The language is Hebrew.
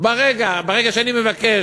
ברגע שאני מבקש,